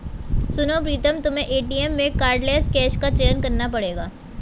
सुनो प्रीतम तुम्हें एटीएम में कार्डलेस कैश का चयन करना पड़ेगा